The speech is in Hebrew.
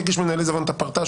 יגיש מנהל עיזבון את הפרטה,